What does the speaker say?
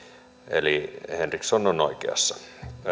eli henriksson on oikeassa